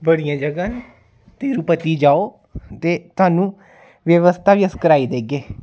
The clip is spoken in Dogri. बड़ियां जगह् न तिरुपति जाओ ते सानू व्यवस्था बी अस कराई देगे